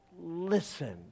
listen